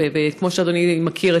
וכמו שאדוני מכיר,